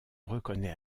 reconnaît